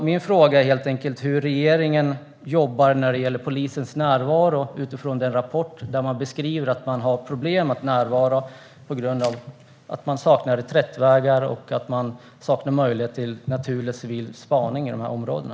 Min fråga är helt enkelt hur regeringen jobbar när det gäller polisens närvaro utifrån den rapport där man beskriver att man har problem att närvara på grund av att man saknar reträttvägar och att man saknar möjlighet till naturlig civil spaning i de här områdena.